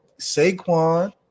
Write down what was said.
Saquon